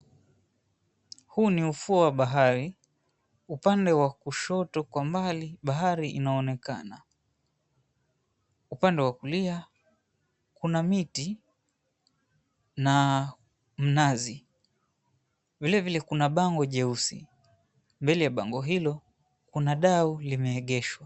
Huu ni ufuo wa bahari. Upande wa kushoto kwa mbali bahari inaonekana. Upande wa kulia kuna miti na mnazi. Vilevile kuna bango jeusi. Mbele ya bango hilo kuna dau limeegeshwa.